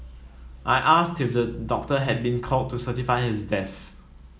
I asked if a doctor had been called to certify his death